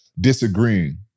disagreeing